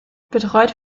betreut